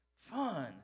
Fun